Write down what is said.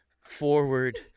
forward